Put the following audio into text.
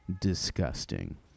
disgusting